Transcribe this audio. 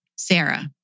Sarah